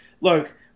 look